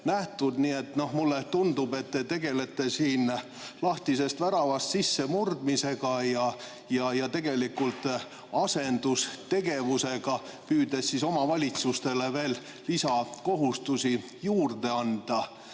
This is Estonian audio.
mulle tundub, et te tegelete lahtisest väravast sissemurdmisega ja asendustegevusega, püüdes omavalitsustele veel lisakohustusi juurde anda.